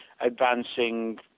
advancing